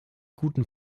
guten